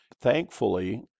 thankfully